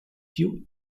più